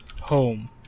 home